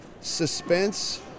suspense